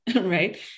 right